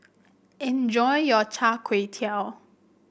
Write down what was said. enjoy your Chai Tow Kuay